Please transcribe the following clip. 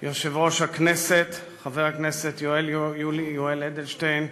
יושב-ראש הכנסת חבר הכנסת יואל יולי אדלשטיין,